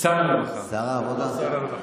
שר העבודה.